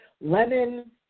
lemon